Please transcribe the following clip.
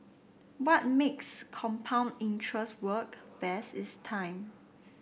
what makes compound interest work best is time